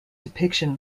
depiction